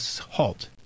halt